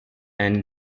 and